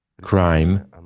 crime